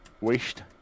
Wished